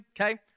okay